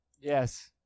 yes